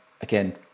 again